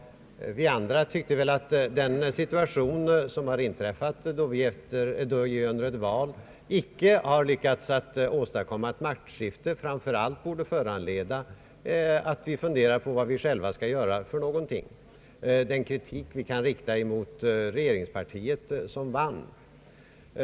Vi andra tycker väl att den situation, som inträffat då vi under ett val icke har lyckats åstadkomma ett maktskifte, framför allt borde föranleda att vi funderar på vad vi själva skall göra och vilken kritik vi kan rikta mot regeringspartiet, som vann.